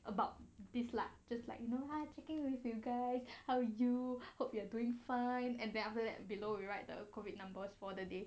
about this lah just like you know hi checking with you guys how you hope you are doing fine and then after that below rewrite the COVID numbers for the day